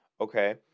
okay